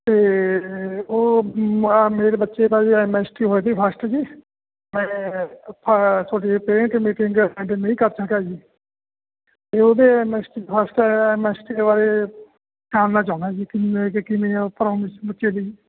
ਅਤੇ ਉਹ ਮ ਮੇਰੇ ਬੱਚੇ ਦਾ ਜੀ ਐੱਮ ਐੱਸ ਟੀ ਹੋਏ ਜੀ ਫਸਟ ਜੀ ਮੈਂ ਤੁਹਾਡੀ ਪੇਰੈਂਟਸ ਮੀਟਿੰਗ ਅਟੈਂਡ ਨਹੀਂ ਕਰ ਸਕਿਆ ਜੀ ਅਤੇ ਉਹਦੇ S T first S T ਬਾਰੇ ਜਾਣਨਾ ਚਾਹੁੰਦਾ ਜੀ ਕਿਵੇਂ ਕਿ ਕਿਵੇਂ ਫੋਰਮਿਸ ਬੱਚੇ ਦੀ